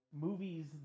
movies